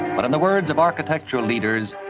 but in the words of architectural leaders,